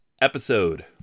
episode